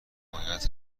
باید